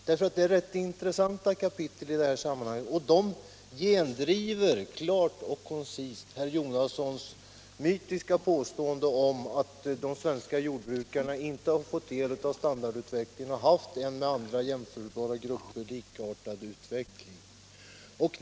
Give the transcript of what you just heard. Det är rätt intressanta kapitel i det här sammanhanget, och de gendriver klart och koncist herr Jonassons mytiska påståenden att de svenska jordbrukarna inte har fått del av standardutvecklingen och inte haft en med andra jämförbara grupper likartad utveckling.